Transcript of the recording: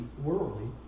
worldly